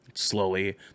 slowly